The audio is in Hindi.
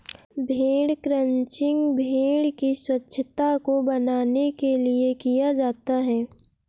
भेड़ क्रंचिंग भेड़ की स्वच्छता को बनाने के लिए किया जाता है